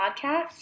podcast